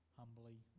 humbly